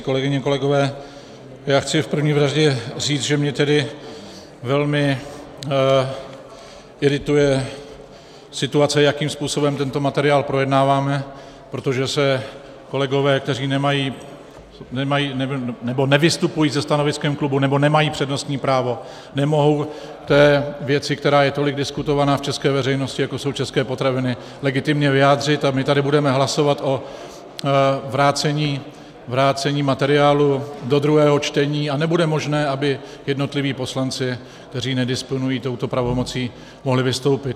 Kolegyně, kolegové, já chci v první řadě říct, že mě tedy velmi irituje situace, jakým způsobem tento materiál projednáváme, protože se kolegové, kteří nemají nebo nevystupují se stanoviskem klubu nebo nemají přednostní právo, nemohou k té věci, která je tolik diskutovaná v české veřejnosti, jako jsou české potraviny, legitimně vyjádřit, a my tady budeme hlasovat o vrácení materiálu do druhého čtení a nebude možné, aby jednotliví poslanci, kteří nedisponují touto pravomocí, mohli vystoupit.